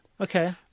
Okay